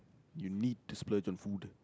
you need to splurge on food